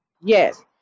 Yes